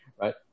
right